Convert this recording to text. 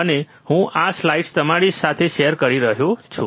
અને હું આ સ્લાઇડ્સ તમારી સાથે શેર કરી રહ્યો છું